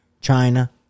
China